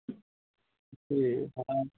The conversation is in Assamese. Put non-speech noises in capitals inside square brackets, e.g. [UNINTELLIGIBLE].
[UNINTELLIGIBLE]